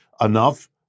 enough